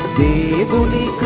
the body